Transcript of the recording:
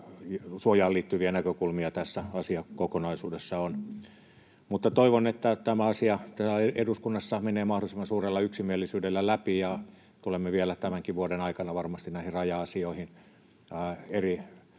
liittyviä näkökulmia tässä asiakokonaisuudessa on. Mutta toivon, että tämä asia täällä eduskunnassa menee mahdollisimman suurella yksimielisyydellä läpi. Tulemme vielä tämänkin vuoden aikana varmasti näihin raja-asioihin eri